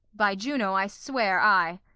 by juno, i swear ay!